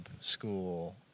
school